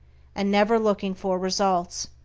and never looking for results,